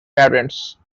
parents